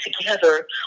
together